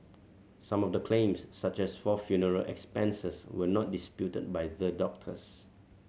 some of the claims such as for funeral expenses were not disputed by the doctors